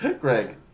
Greg